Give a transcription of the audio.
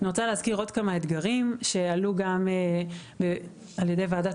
אני רוצה להזכיר עוד כמה אתגרים שעלו על ידי ועדת